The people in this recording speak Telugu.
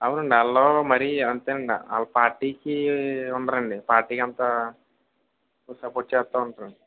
అవునండి ఆల్లు మరీ అంతేనండి వాళ్ళ పార్టీకి ఉండరండి పార్టీ అంతా సపోర్ట్ చేస్తూ ఉంటరు